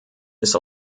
ist